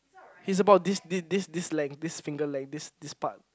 he's about this this this this length this finger length this this part